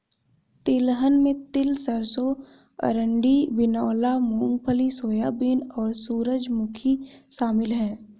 तिलहन में तिल सरसों अरंडी बिनौला मूँगफली सोयाबीन और सूरजमुखी शामिल है